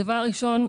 דבר ראשון,